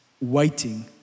waiting